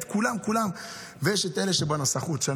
יש לנו חג חנוכה.